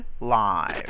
live